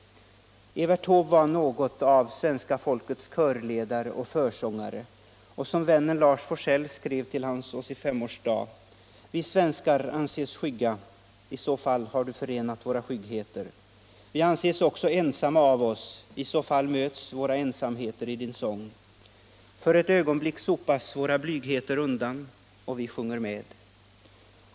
Evert Taube var något av svenska folkets körledare och försångare. Vi kan nog alla instämma i vad vännen Lars Forssell skrev till hans 85-årsdag: Vi svenskar anses skygga; i så fall har du förenat våra skyggheter. Vi anses också ensamma av oss; i så fall möts våra ensamheter i din sång. För ett ögonblick sopas våra blygheter undan. Och vi sjunger med.